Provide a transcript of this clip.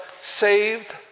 saved